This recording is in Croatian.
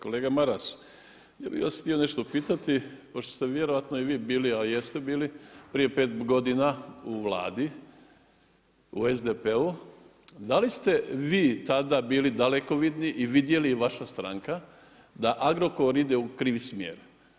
Kolega Maras, ja bi vas htio nešto pitati pošto ste vjerojatno i vi bili, a jeste bili, prije pet godina u Vladi u SDP-u, da li ste vi tada bili dalekovidni i vidjeli, vaša stranka, da Agrokor ide u krivi smjer?